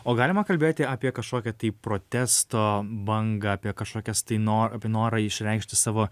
o galima kalbėti apie kažkokią tai protesto bangą apie kažkokias tai nor apie norą išreikšti savo